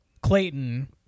Clayton